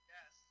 Yes